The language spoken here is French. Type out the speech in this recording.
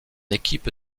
équipe